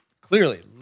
clearly